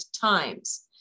times